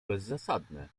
bezzasadne